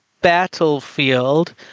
battlefield